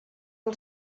del